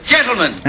Gentlemen